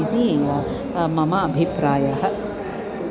इति मम अभिप्रायः